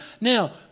Now